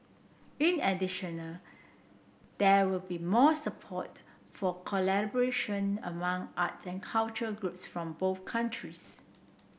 in additional there will be more support for collaboration among art and culture groups from both countries